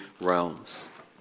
realms